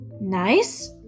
Nice